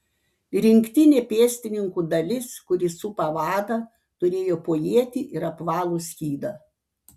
rinktinė pėstininkų dalis kuri supa vadą turėjo po ietį ir apvalų skydą